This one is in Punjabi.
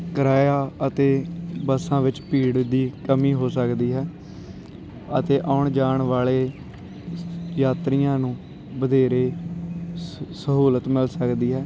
ਕਿਰਾਇਆ ਅਤੇ ਬੱਸਾਂ ਵਿੱਚ ਭੀੜ ਦੀ ਕਮੀ ਹੋ ਸਕਦੀ ਹੈ ਅਤੇ ਆਉਣ ਜਾਣ ਵਾਲੇ ਯਾਤਰੀਆਂ ਨੂੰ ਵਧੇਰੇ ਸਹੂਲਤ ਮਿਲ ਸਕਦੀ ਹੈ